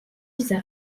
dieser